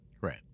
Right